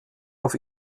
auf